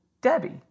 Debbie